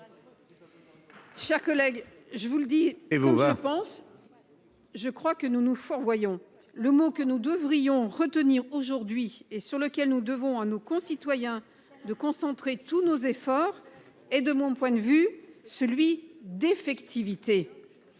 chers collègues, je vous le dis comme je le pense : je crois que nous nous fourvoyons. Le mot que nous devrions retenir aujourd'hui et sur lequel nous devons à nos concitoyens de concentrer tous nos efforts est, de mon point de vue, celui d'« effectivité